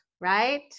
right